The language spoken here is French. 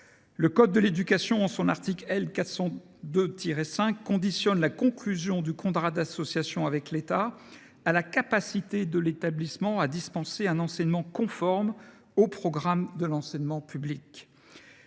Le code de l’éducation, en son article L. 442 5, conditionne la conclusion d’un contrat d’association avec l’État à « la capacité de l’établissement à dispenser un enseignement conforme aux programmes de l’enseignement public